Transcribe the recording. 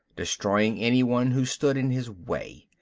destroying anyone who stood in his way.